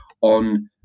on